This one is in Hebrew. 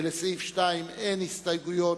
לסעיף 2 אין הסתייגויות,